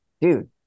Dude